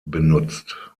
benutzt